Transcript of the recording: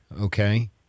okay